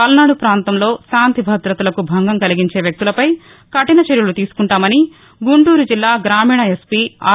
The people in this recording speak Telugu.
పల్నాడు ప్రాంతంలో శాంతి భద్రతలకు భంగం కలిగించే వ్యక్తులపై కఠిన చర్యలు తీసుకుంటామని గుంటూరు జిల్లా గ్రామీణ ఎస్పి ఆర్